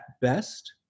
best